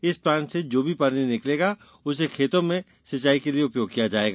इस प्लांट से जो भी पानी निकलेगा उसे खेतों में सिचाई के लिये उपयोग किया जाएगा